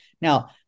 Now